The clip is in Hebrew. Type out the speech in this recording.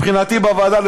מבחינתי בוועדה,